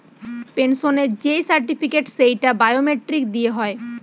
পেনসনের যেই সার্টিফিকেট, সেইটা বায়োমেট্রিক দিয়ে দেয়